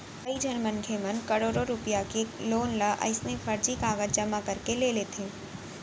कइझन मनखे मन करोड़ो रूपिया के लोन ल अइसने फरजी कागज जमा करके ले लेथे